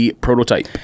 prototype